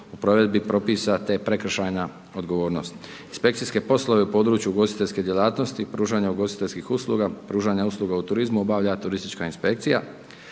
u provedbi propisa, te prekršajna odgovornost. Inspekcijske poslove u području ugostiteljske djelatnosti i pružanja ugostiteljskih usluga, pružanja usluga u turizmu, obavlja turistička inspekcija.